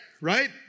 right